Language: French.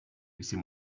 laissez